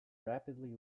rapidly